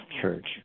church